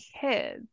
kids